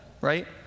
Right